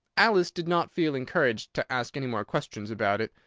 alice did not feel encouraged to ask any more questions about it,